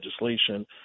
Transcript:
legislation